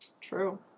True